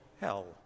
hell